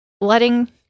Letting